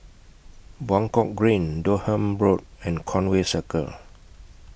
Buangkok Green Durham Road and Conway Circle